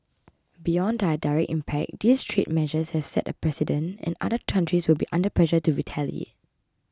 beyond their direct impact these trade measures have set a precedent and other countries will be under pressure to retaliate